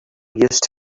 used